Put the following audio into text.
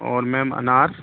اور میم انار